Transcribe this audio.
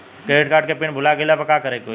Credit card के pin भूल गईला पर का करे के होई?